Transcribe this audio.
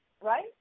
Right